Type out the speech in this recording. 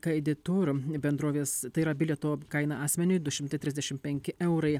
kaidi tour bendrovės tai yra bilieto kaina asmeniui du šimtai trisdešim penki eurai